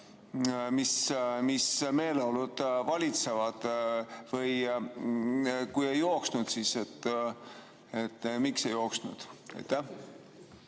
mis meeleolud valitsevad? Või kui ei jooksnud, siis miks ei jooksnud? Suur